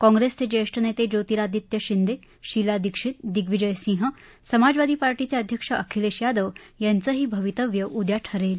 काँप्रेसचे ज्येष्ठ नेते ज्योतिरादित्य शिंदे शीला दीक्षित दिग्विजय सिंह समाजवादी पार्टीचे अध्यक्ष अखिलेश यादव यांचं ही भवितव्य उद्या ठरेल